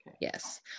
Yes